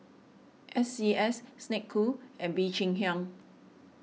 S C S Snek Ku and Bee Cheng Hiang